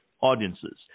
audiences